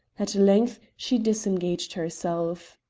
at length she disengaged herself.